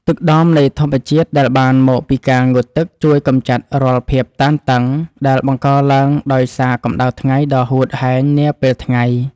ទឹកដមនៃធម្មជាតិដែលបានមកពីការងូតទឹកជួយកម្ចាត់រាល់ភាពតានតឹងដែលបង្កឡើងដោយសារកម្តៅថ្ងៃដ៏ហួតហែងនាពេលថ្ងៃ។